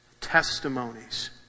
testimonies